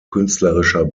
künstlerischer